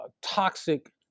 toxic